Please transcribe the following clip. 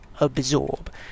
absorb